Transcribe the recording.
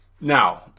Now